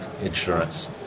insurance